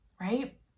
right